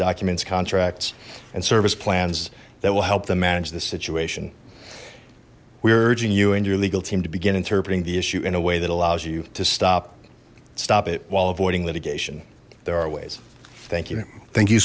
documents contracts and service plans that will help them manage this situation we're urging you and your legal team to begin interpreting the issue in a way that allows you to stop stop it while avoiding litigation there are ways thank you thank you